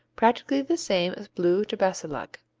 practically the same as bleu de bassillac,